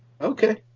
Okay